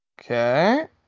okay